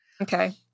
Okay